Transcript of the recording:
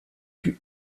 plus